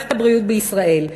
למערכת הבריאות בישראל.